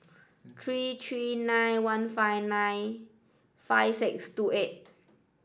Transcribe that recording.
three three nine one five nine five six two eight